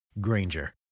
Granger